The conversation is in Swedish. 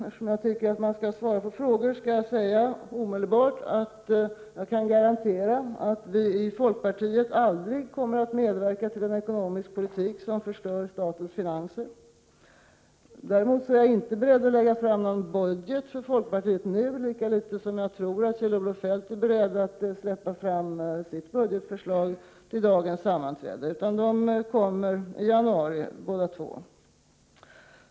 Eftersom jag tycker att man skall svara på frågor skall jag omedelbart säga att jag kan garantera att vi i folkpartiet aldrig kommer att medverka till en ekonomisk politik som förstör statens finanser. Däremot är jag inte beredd att lägga fram något förslag till budget från folkpartiets sida nu, lika litet som jag tror att Kjell-Olof Feldt är beredd att släppa fram uppgifter om sitt budgetförslag vid dagens sammanträde. Båda förslagen kommer i januari.